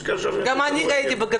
ויש כאלה שיותר אוהבים כדורגל.